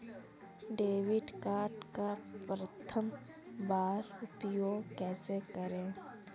Debit card का प्रथम बार उपयोग कैसे करेंगे?